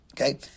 Okay